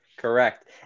correct